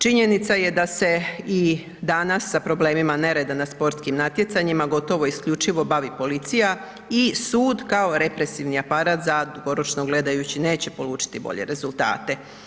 Činjenica je da se i danas sa problemima nereda na sportskim natjecanjima gotovo isključivo bavi policija i sud kao represivni aparat za dugoročno gledajući, neće polučiti bolje rezultate.